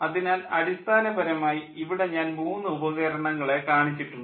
അതിനാൽ അടിസ്ഥാനപരമായി ഇവിടെ ഞാൻ മൂന്ന് ഉപകരണങ്ങളെ കാണിച്ചിട്ടുണ്ട്